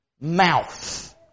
mouth